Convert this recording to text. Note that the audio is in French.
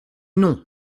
non